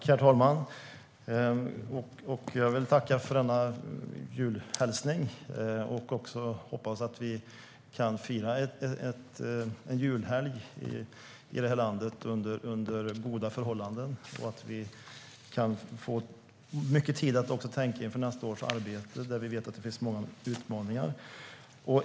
Herr talman! Jag vill tacka för denna julhälsning. Jag hoppas att vi kan fira en julhelg i det här landet under goda förhållanden och att vi får tid att tänka på nästa års arbete. Vi vet att det blir stora utmaningar.